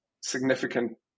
significant